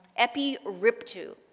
epiriptu